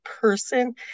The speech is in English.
person